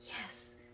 Yes